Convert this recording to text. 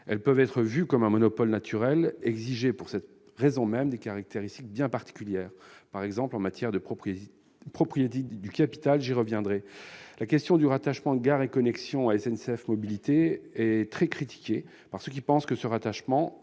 Elles peuvent être vues comme un monopole naturel et exiger, pour cette raison même, des caractéristiques bien particulières, par exemple en matière de propriété du capital- j'y reviendrai. Le rattachement de Gares & Connexions à SNCF Mobilités est très critiqué par ceux qui pensent que ce rattachement